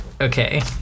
okay